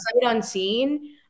unseen